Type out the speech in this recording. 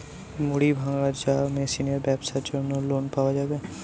মুড়ি ভাজা মেশিনের ব্যাবসার জন্য লোন পাওয়া যাবে?